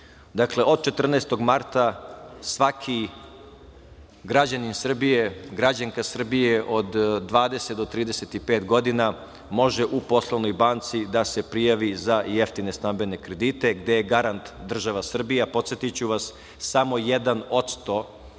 Dakle, od 14. marta svaki građanin Srbije, građanka Srbije od 20 do 35 godina može u poslovnoj banci da se prijavi za jeftine stambene kredite, gde je garant država Srbija. Podsetiću vas samo 1% je